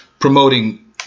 promoting